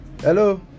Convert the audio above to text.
Hello